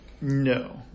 No